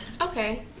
Okay